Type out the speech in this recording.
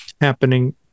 happening